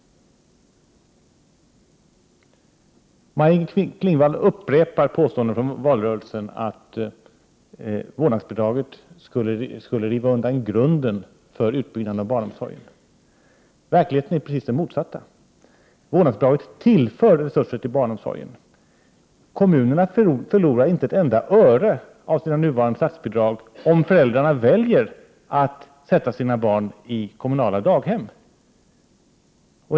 Maj-Inger Klingvall upprepar påståenden från valrörelsen att vårdnadsbidraget skulle riva undan grunden för utbyggnaden av barnomsorgen. Verkligheten är precis den motsatta. Vårdnadsbidraget tillför resurser till barnomsorgen. Kommunerna förlorar inte ett enda öre av nuvarande statsbidrag om föräldrarna väljer att sätta sina barn i kommunala daghem.